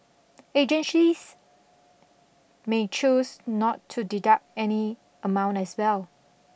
agencies may choose not to deduct any amount as well